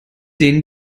den